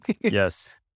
yes